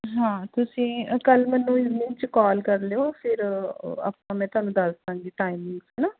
ਹਾਂ ਤੁਸੀ ਅ ਕੱਲ੍ਹ ਮੈਨੂੰ ਈਵਨਿੰਗ 'ਚ ਕਾਲ ਕਰ ਲਿਓ ਫਿਰ ਆਪਾਂ ਮੈਂ ਤੁਹਾਨੂੰ ਦੱਸ ਦਾਂਗੀ ਟਾਈਮਿੰਗਸ ਨਾ